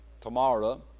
tomorrow